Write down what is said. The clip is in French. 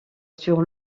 sur